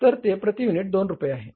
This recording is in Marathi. तर ते प्रती युनिट 2 रुपये आहे